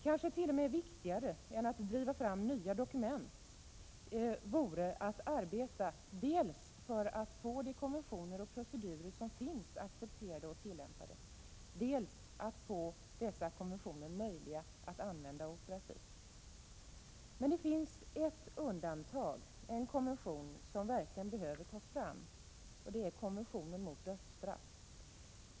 Kanske t.o.m. viktigare än att driva fram nya dokument vore att arbeta dels för att få de konventioner och procedurer som finns accepterade och tillämpade, dels för att få dessa konventioner möjliga att användas operativt. Det finns dock ett undantag, en konvention som verkligen behöver tas fram: konventionen mot dödsstraff.